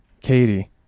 Katie